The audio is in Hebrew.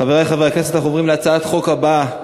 חברי חברי הכנסת, אנחנו עוברים להצעת חוק הבאה: